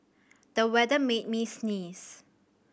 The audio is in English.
the weather made me sneeze